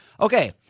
Okay